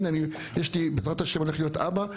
הנה, יש לי, בעזרת השם הולך להיות אבא.